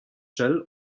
shell